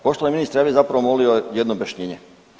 Poštovani ministre, ja bi zapravo molio jedno objašnjenje.